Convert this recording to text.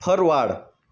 forward